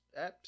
apps